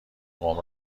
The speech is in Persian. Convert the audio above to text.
قوم